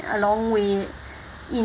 a long way in